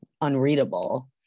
unreadable